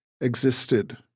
existed